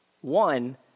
One